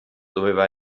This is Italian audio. doveva